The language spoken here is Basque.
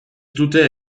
dute